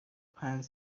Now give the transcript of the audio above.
پنج